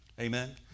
Amen